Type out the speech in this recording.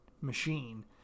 machine